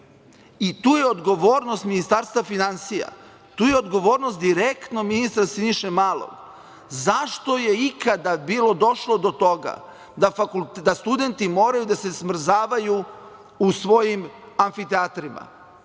i tu je odgovornost Ministarstva finansija, tu je odgovornost direktno Siniše Malog, zašto je ikada bilo došlo do toga da studenti moraju da se smrzavaju u svojim amfiteatrima,